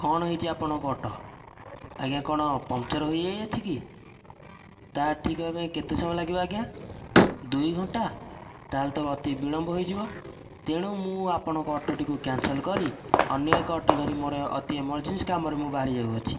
କ'ଣ ହେଇଛି ଆପଣଙ୍କ ଅଟୋ ଆଜ୍ଞା କ'ଣ ପଙ୍କ୍ଚର୍ ହୋଇଯାଇଅଛି କି ତାହା ଠିକ୍ ହେବା ପାଇଁ କେତେ ସମୟ ଲାଗିବ ଆଜ୍ଞା ଦୁଇ ଘଣ୍ଟା ତା'ହେଲେ ତ ଅତି ବିଳମ୍ବ ହୋଇଯିବ ତେଣୁ ମୁଁ ଆପଣଙ୍କ ଅଟୋଟିକୁ କ୍ୟାନ୍ସଲ କରି ଅନ୍ୟ ଏକ ଅଟୋ ଧରି ମୋ'ର ଅତି ଇମରଜେନ୍ସି କାମରେ ମୁଁ ବାହାରି ଯାଉଅଛି